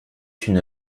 une